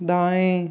दाँएं